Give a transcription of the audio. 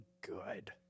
good